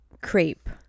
crepe